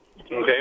Okay